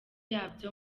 yabyo